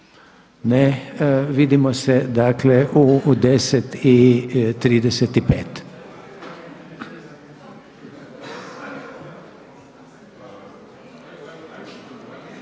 Ne. Vidimo se dakle u 10,35